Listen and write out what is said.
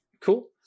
Cool